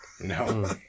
No